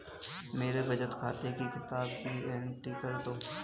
मेरे बचत खाते की किताब की एंट्री कर दो?